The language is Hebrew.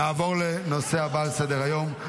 נעבור לנושא הבא על סדר-היום,